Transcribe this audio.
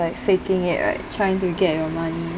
like faking it or trying to get you money